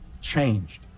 changed